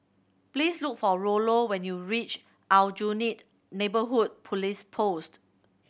please look for Rollo when you reach Aljunied Neighbourhood Police Post